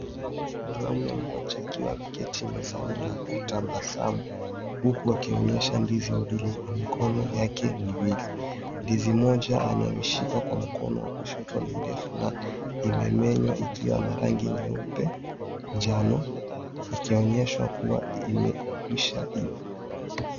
Mwanamume mmoja akiwa ameketi mezani na anatabasamu, huku akionyesha ndizi mbili kwa mikono yake miwili. Ndizi moja ameushika kwa mkono wa kushoto ni ndefu na imemea ikiwa na rangi nyeupe njano ikionyeshwa kuwa imekwisha iva.